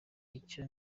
icyo